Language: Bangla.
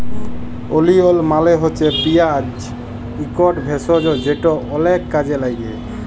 ওলিয়ল মালে হছে পিয়াঁজ ইকট ভেষজ যেট অলেক কাজে ল্যাগে